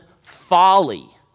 folly